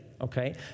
Okay